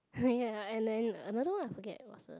ya and then another one I forget what's the